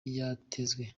yatezwe